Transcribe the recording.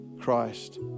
Christ